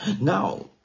now